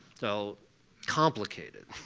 so complicated,